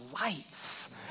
lights